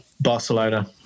Barcelona